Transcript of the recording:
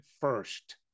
first